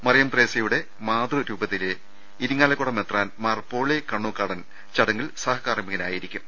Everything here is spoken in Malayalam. മറിയം ത്രേസ്യയുടെ മാതൃരൂപതയിലെ ഇരിങ്ങാ ലക്കുട മെത്രാൻ മാർ പോളി കണ്ണൂക്കാടൻ ചടങ്ങിൽ സഹകാർമികനാകും